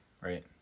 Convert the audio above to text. Right